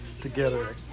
together